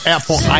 Apple